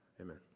Amen